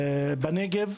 בנגב,